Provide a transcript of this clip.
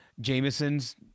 Jameson's